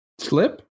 Slip